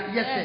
Yes